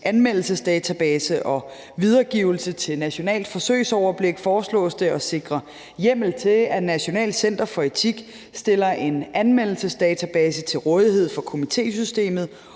anmeldelsesdatabase og videregivelse til Nationalt Forsøgsoverblik foreslås det at sikre hjemmel til, at Nationalt Center for Etik stiller en anmeldelsesdatabase til rådighed for komitésystemet,